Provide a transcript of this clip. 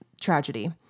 tragedy